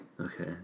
Okay